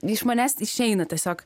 iš manęs išeina tiesiog